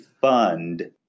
fund